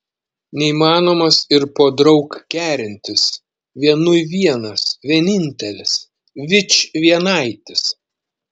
neįmanomas ir podraug kertinis vienui vienas vienintelis vičvienaitis